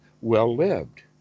well-lived